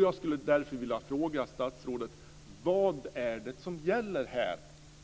Jag skulle därför vilja fråga statsrådet: Vad är det som gäller här